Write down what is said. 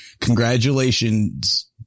congratulations